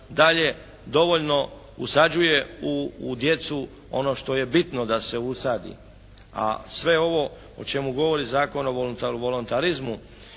nadalje dovoljno usađuje u djecu ono što je bitno da se usadi, a sve ovo o čemu govori Zakon o volontarizmu